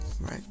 right